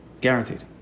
Guaranteed